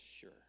sure